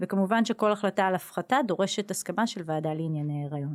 וכמובן שכל החלטה על הפחתה דורשת הסכמה של ועדה לעניין ההיריון